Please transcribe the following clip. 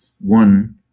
one